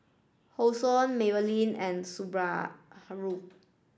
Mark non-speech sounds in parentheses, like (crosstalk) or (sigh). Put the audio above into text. Hosen Maybelline and Subaru (unintelligible)